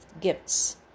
gifts